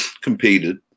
competed